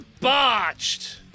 Botched